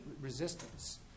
resistance